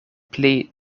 pli